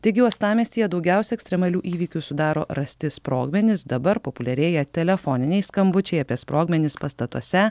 taigi uostamiestyje daugiausia ekstremalių įvykių sudaro rasti sprogmenys dabar populiarėja telefoniniai skambučiai apie sprogmenis pastatuose